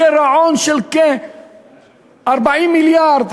גירעון של כ-40 מיליארד,